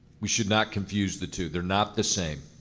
we should not confuse the two, they're not the same.